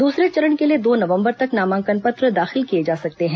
दसरे चरण के लिए दो नवंबर तक नामांकन पत्र दाखिल किए जा सकते हैं